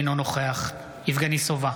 אינו נוכח יבגני סובה,